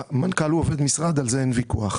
המנכ"ל הוא עובד משרד, על זה אין ויכוח.